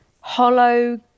hollow